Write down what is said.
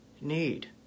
need